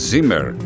Zimmer